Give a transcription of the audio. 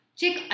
check